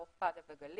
ברוך פדה וגליל,